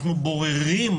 אנחנו בוררים,